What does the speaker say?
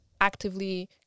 actively